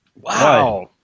Wow